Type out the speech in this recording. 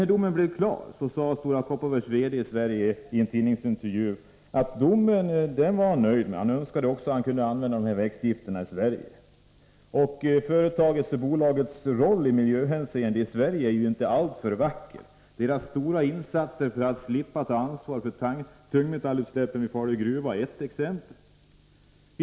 När domen blev klar sade Stora Kopparbergs VD i Sverige i en tidningsintervju att han var nöjd med domen och önskade att han kunde använda de här växtgifterna också i Sverige. Bolagets roll i miljöhänseende här i Sverige är inte alltför vacker. Företagets stora insatser för att slippa ta ansvar för tungmetallutsläppen vid Falu gruva är ett exempel på det.